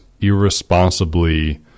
irresponsibly